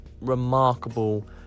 remarkable